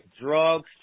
drugs